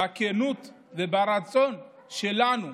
בכנות וברצון שלנו,